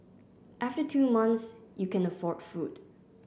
after two months you can afford food